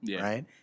Right